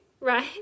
right